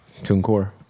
TuneCore